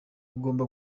ugomba